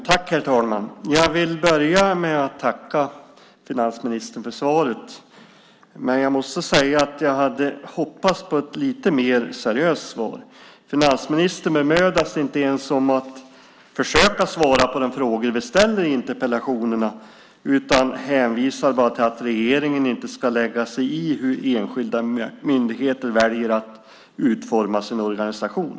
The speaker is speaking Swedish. Herr talman! Jag vill börja med att tacka finansministern för svaret, men jag måste säga att jag hade hoppats på ett lite mer seriöst svar. Finansministern bemödar sig inte ens om att försöka svara på de frågor vi ställer i interpellationerna utan hänvisar bara till att regeringen inte ska lägga sig i hur enskilda myndigheter väljer att utforma sin organisation.